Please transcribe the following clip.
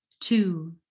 Two